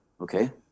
Okay